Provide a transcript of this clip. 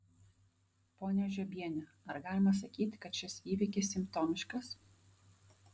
ponia žiobiene ar galima sakyti kad šis įvykis simptomiškas